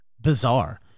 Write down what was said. Bizarre